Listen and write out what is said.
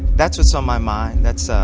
that's what's on my mind. that's